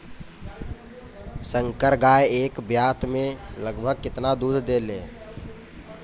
संकर गाय एक ब्यात में लगभग केतना दूध देले?